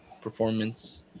performance